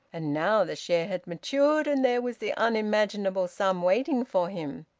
and now the share had matured, and there was the unimaginable sum waiting for him!